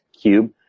cube